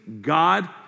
God